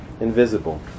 invisible